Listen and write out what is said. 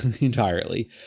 entirely